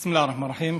בסם אללה א-רחמאן א-רחים.